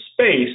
space